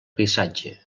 paisatge